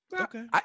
Okay